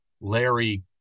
Larry